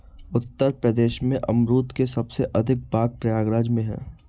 उत्तर प्रदेश में अमरुद के सबसे अधिक बाग प्रयागराज में है